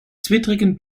zwittrigen